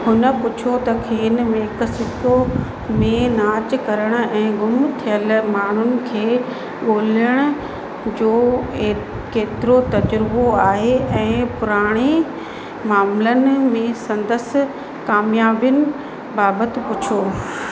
हुन पुछो त खेनि मेक्सिको में नाच करण ऐं गुम थियल माण्हुनि खे ॻोल्हण जो ऐं केतिरो तज़ु रबो आहे ऐं पुराणे मामलनि में संदसि कामियाबियुनि बाबति पुछो